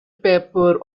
paper